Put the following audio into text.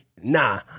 nah